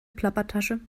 plappertasche